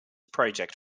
projects